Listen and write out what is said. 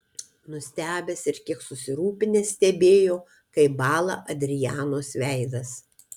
nustebęs ir kiek susirūpinęs stebėjo kaip bąla adrianos veidas